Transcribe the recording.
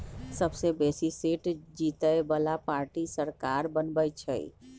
सबसे बेशी सीट जीतय बला पार्टी सरकार बनबइ छइ